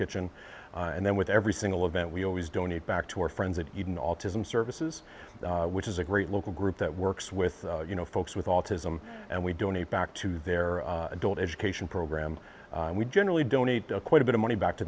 kitchen and then with every single event we always donate back to our friends and even autism services which is a great local group that works with you know folks with autism and we donate back to their adult education program and we generally donate a quite a bit of money back to